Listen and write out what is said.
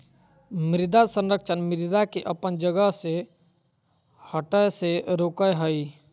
मृदा संरक्षण मृदा के अपन जगह से हठय से रोकय हइ